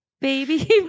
Baby